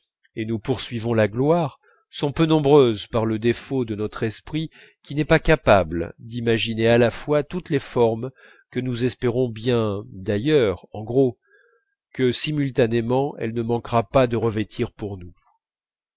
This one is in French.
et nous poursuivons la gloire sont peu nombreuses par le défaut de notre esprit qui n'est pas capable d'imaginer à la fois toutes les formes que nous espérons bien d'ailleurs en gros que simultanément elle ne manquera pas de revêtir pour nous